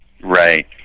right